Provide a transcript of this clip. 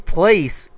place